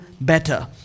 better